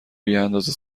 بیاندازه